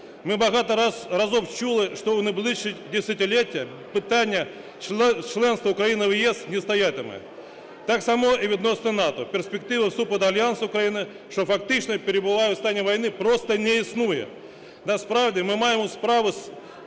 ми багато разів чули, що у найближчі десятиліття питання членства України в ЄС не стоятиме. Так само і відносно НАТО. Перспективи вступу до Альянсу України, що фактично перебуває в стані війни, просто не існує. Насправді ми маємо справу з